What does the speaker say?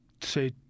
say